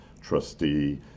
trustee